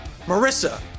Marissa